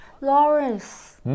Lawrence